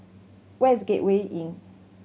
where is Gateway Inn